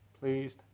Pleased